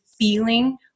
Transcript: feeling